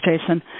Jason